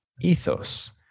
Ethos